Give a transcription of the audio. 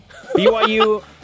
BYU